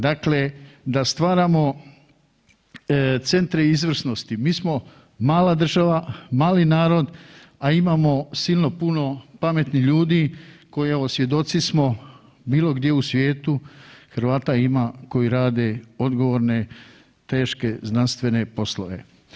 Dakle, da stvaramo centre izvrsnosti, mi smo mala država, mali narod, a imamo silno puno pametnih ljudi, koji evo, svjedoci smo, bilo gdje u svijetu, Hrvata ima koji rade odgovorne, teške, znanstvene poslove.